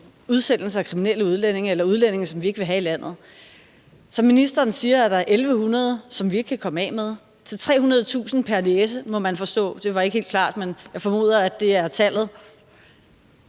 udsendelse af kriminelle udlændinge eller udlændinge, som vi ikke vil have i landet. Som ministeren siger, er der 1.100, som vi ikke kan komme af med, til 300.000 kr. pr. næse, må man forstå. Det var ikke helt klart, men jeg formoder, at det er tallet.